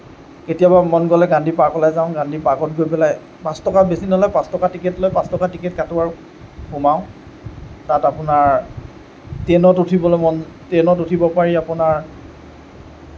কেতিয়াবা মন গ'লে গান্ধী পাৰ্কলৈ যাওঁ গান্ধী পাৰ্কত গৈ পেলাই পাঁচ টকা বেছি নলয় পাঁচ টকা টিকট লয় পাঁচ টকা টিকট কাটোঁ আৰু সোমাওঁ তাত আপোনাৰ ট্ৰেইনত উঠিবলৈ মন ট্ৰেইনত উঠিব পাৰি আপোনাৰ